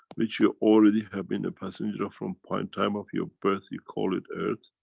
which you already have been a passenger from point time of your birth, you call it earth?